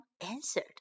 answered